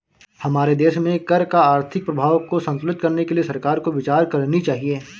हमारे देश में कर का आर्थिक प्रभाव को संतुलित करने के लिए सरकार को विचार करनी चाहिए